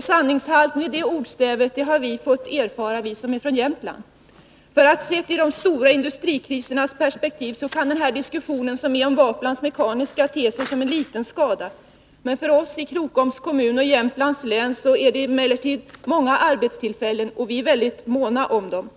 Sanningshalten i det ordstävet har vi från Jämtland fått erfara. Sett i de stora industrikrisernas perspektiv kan det som händer vid Waplans Mekaniska te sig som en liten skada. Men för oss i Krokoms kommun och Jämtlands län är det fråga om många arbetstillfällen, som vi är mycket måna om.